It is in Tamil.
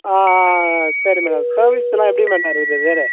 ஆ ஆ ஆ ஆ சரி மேடம் செர்விஸ் எல்லாம் எப்படி மேடம் இருக்குது